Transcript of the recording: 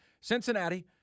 Cincinnati